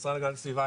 המשרד להגנת הסביבה,